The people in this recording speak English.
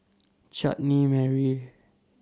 Chutney Mary